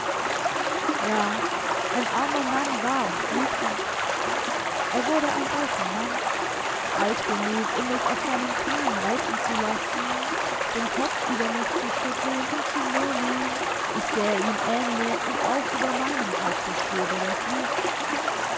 ja ein armer mann war und blieb er er wurde ein alter mann alt genug um mich auf seinen knien reiten zu lassen den kopf über mich zu schütteln und zu murmeln ich sähe ihm ähnlich und auch über meinem haupte schwebe der fluch